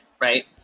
right